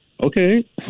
Okay